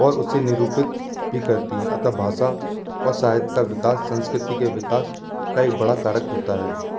और उससे निरूपित भी करती हैं अतः भाषा और साहित्य का विकास संस्कृति के विकास का एक बड़ा कारक होता है